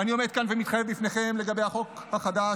ואני עומד כאן ומתחייב לפניכם לגבי החוק החדש